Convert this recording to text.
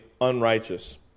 unrighteous